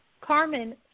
Carmen